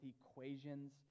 equations